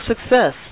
success